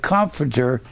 Comforter